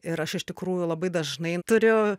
ir aš iš tikrųjų labai dažnai turiu